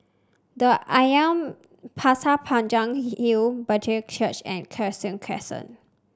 the Ashram Pasir Panjang Hill Brethren Church and Cheng Soon Crescent